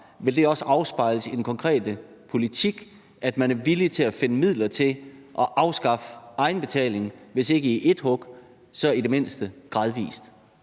Vil det også afspejles i den konkrete politik, at man er villig til at finde midler til at afskaffe egenbetalingen, hvis ikke i ét hug, så i det mindste gradvis?